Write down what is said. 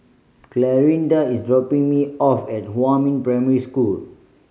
Clarinda is dropping me off at Huamin Primary School